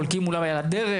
יש אולי מחלוקת על הדרך,